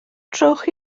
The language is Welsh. trowch